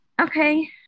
Okay